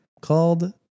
called